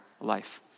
life